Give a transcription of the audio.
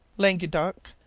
languedoc,